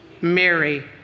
Mary